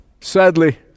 Sadly